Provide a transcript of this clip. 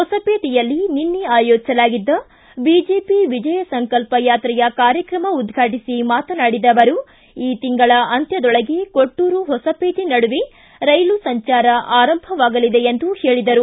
ಹೊಸಪೇಟೆಯಲ್ಲಿ ನಿನ್ನೆ ಆಯೋಜಿಸಲಾಗಿದ್ದ ಬಿಜೆಪಿ ವಿಜಯ ಸಂಕಲ್ಪ ಯಾತ್ರೆಯ ಕಾರ್ಯಕ್ರಮ ಉದ್ಘಾಟಿಸಿ ಮಾತನಾಡಿದ ಅವರು ಈ ತಿಂಗಳ ಅಂತ್ಯದೊಳಗೆ ಕೊಟ್ನೂರು ಹೊಸಪೇಟೆ ನಡುವೆ ರೈಲು ಸಂಚಾರ ಆರಂಭವಾಗಲಿದೆ ಎಂದು ಹೇಳಿದರು